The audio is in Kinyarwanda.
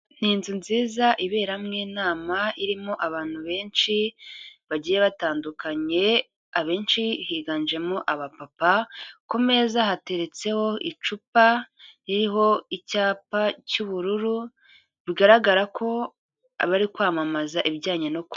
Ni inzu nziza iberamo inama, irimo abantu benshi bagiye batandukanye, abenshi higanjemo abapapa, ku meza hateretseho icupa ririho icyapa cy'ubururu, bigaragara ko abari kwamamaza ibijyanye no kubaho.